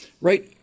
right